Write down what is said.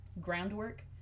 groundwork